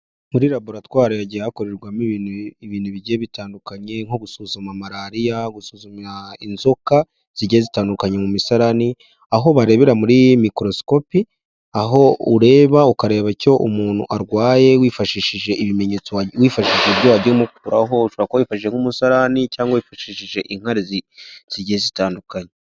Muri raburatwariri hagiye hakorerwamo ibintu ibintu bigiye bitandukanye, nko gusuzuma malariya ,gusuzuma inzoka zigiye zitandukanye mu misarani aho barebera muri mikorosikopi, aho ureba ukareba icyo umuntu arwaye wifashishije ibimenyetso wifashishije ibyo wagiye umukuraho, ushobora kuba wifashishije nk'umusarani cyangwa wifashishije inkari zigiye zitandukanye.